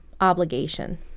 obligation